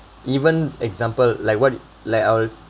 even example like what like our